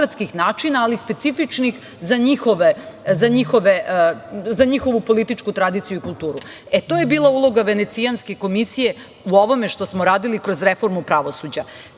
ali specifičnih za njihovu političku tradiciju i kulturu. To je bila uloga Venecijanske komisije u ovome što smo radili kroz reformu pravosuđa.